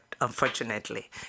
Unfortunately